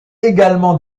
également